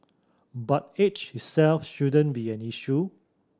but age itself shouldn't be an issue